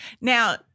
Now